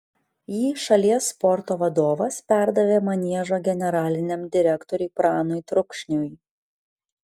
jį šalies sporto vadovas perdavė maniežo generaliniam direktoriui pranui trukšniui